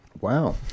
Wow